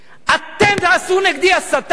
אתם תעשו נגדי הסתה עכשיו?